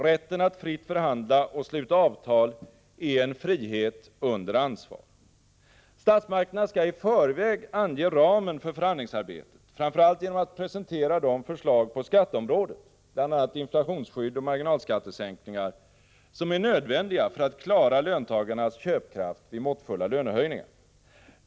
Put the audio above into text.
Rätten att fritt förhandla och sluta avtal är en frihet under ansvar. Statsmakterna skall i förväg ange ramen för förhandlingsarbetet, framför allt genom att presentera de förslag på skatteområdet — bl.a. inflationsskydd och marginalskattesänkningar — som är nödvändiga för att klara löntagarnas köpkraft vid måttfulla lönehöjningar.